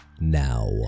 now